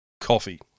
coffee